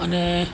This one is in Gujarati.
અને